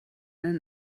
einen